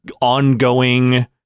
ongoing